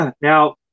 Now